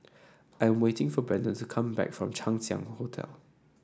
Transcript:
I am waiting for Brenden to come back from Chang Ziang Hotel